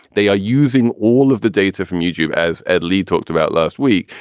they are using all of the data from youtube, as ed lee talked about last week,